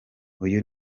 uyu